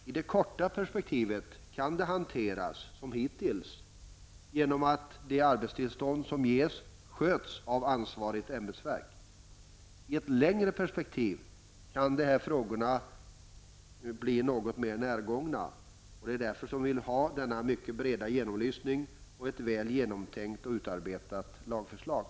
I det korta perspektivet kan det hanteras -- som hittills -- genom att de arbetstillstånd som ges sköts av ansvarigt ämbetsverk. I ett längre perspektiv kan de här frågorna bli något mer närgångna. Det är därför som vi vill ha denna mycket breda genomlysning och ett väl genomtänkt och utarbetat lagförslag.